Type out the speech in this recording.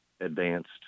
advanced